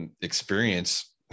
experience